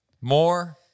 More